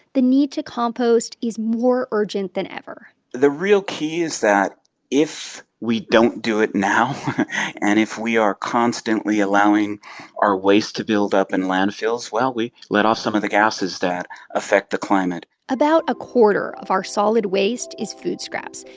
the need to compost is more urgent than ever the real key is that if we don't do it now and if we are constantly allowing our waste to build up in landfills, well, we let off some of the gases that affect the climate about a quarter of our solid waste is food scraps.